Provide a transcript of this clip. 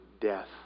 death